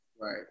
Right